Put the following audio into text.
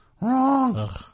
Wrong